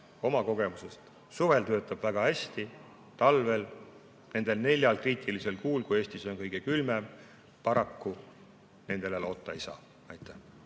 oma kogemusest, et suvel töötab väga hästi, talvel, nendel neljal kriitilisel kuul, kui Eestis on kõige külmem, paraku nendele loota ei saa. Aitäh!